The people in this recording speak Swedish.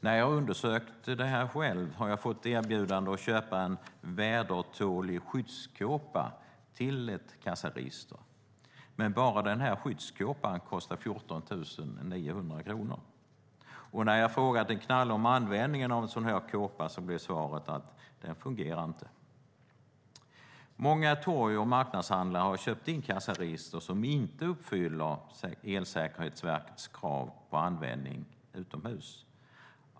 När jag undersökte detta själv fick jag erbjudande om att köpa en vädertålig skyddskåpa till ett kassaregister. Men bara den skyddskåpan kostar 14 900 kronor. Och när jag frågade en knalle om användningen av en sådan kåpa blev svaret: Den fungerar inte. Många torg och marknadshandlare har köpt in kassaregister som inte uppfyller Elsäkerhetsverkets krav i fråga om användning utomhus.